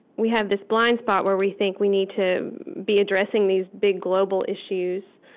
we have this blind spot where we think we need to be addressing these big, global issues,